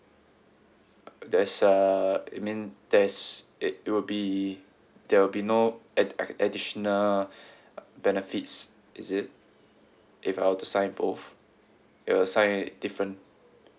there is uh you mean there's it it will be there will be no add~ ac~ additional benefits is it if I were to sign both it will sign different